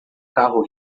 carro